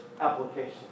application